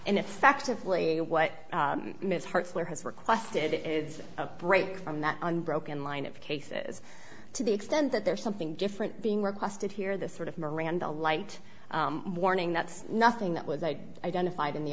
and effectively what ms hartzler has requested is a break from that unbroken line of cases to the extent that there's something different being requested here this sort of miranda light morning that's nothing that was i identified in the